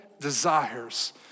desires